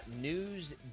news